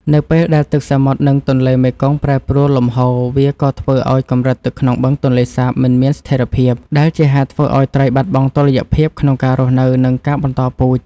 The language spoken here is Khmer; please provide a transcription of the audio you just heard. នៅពេលដែលទឹកសមុទ្រ និងទន្លេមេគង្គប្រែប្រួលលំហូរ វាក៏ធ្វើឱ្យកម្រិតទឹកក្នុងបឹងទន្លេសាបមិនមានស្ថិរភាព ដែលជាហេតុធ្វើឱ្យត្រីបាត់បង់តុល្យភាពក្នុងការរស់នៅ និងការបន្តពូជ។